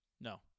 No